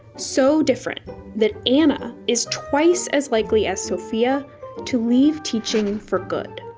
so different that anna is twice as likely as sophia to leave teaching for good.